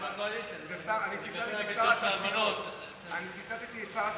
הם בקואליציה, ושר, אני ציטטתי את שר התשתיות.